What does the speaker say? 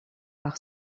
par